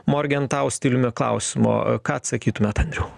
morgentau stiliumi klausimo ką atsakytumėt andriau